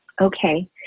Okay